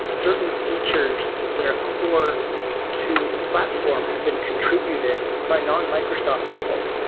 certain features that are core to the platform had been contributed by non-microsoft people,